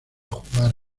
jugar